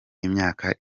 imyaka